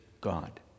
God